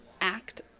act